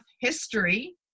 history